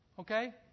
Okay